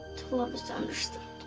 to love is to understand.